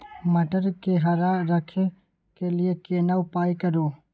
मटर के हरा रखय के लिए केना उपाय करू?